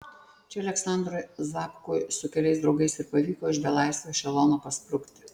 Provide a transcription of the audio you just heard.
čia aleksandrui zapkui su keliais draugais ir pavyko iš belaisvių ešelono pasprukti